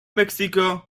mexico